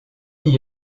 n’y